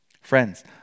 Friends